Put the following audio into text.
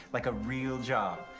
like a real job.